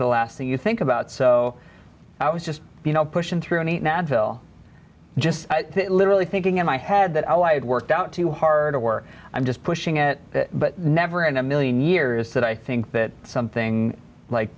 the last thing you think about so i was just you know pushing through any now until just literally thinking in my head that i had worked out too hard or i'm just pushing it but never in a million years that i think that something like